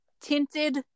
tinted